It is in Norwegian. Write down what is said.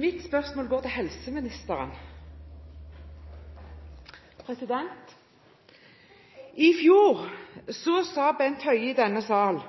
Mitt spørsmål går til helseministeren. I fjor sa Bent Høie i denne sal: